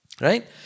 Right